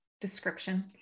description